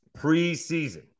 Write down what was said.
preseason